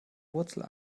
wurzel